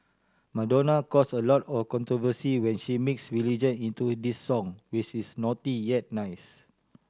Madonna cause a lot of controversy when she mix religion into this song which is naughty yet nice